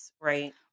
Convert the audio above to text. right